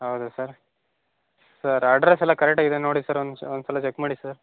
ಹೌದಾ sir sir ಅಡ್ರೆಸ್ಸೆಲ್ಲ ಕರೆಕ್ಟಾಗಿ ಇದ್ಯಾ ನೋಡಿ ಸರ್ ಒಂದು ನಿಮ್ಷ ಒಂದು ಸಲ ಚಕ್ ಮಾಡಿ ಸರ್